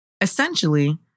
Essentially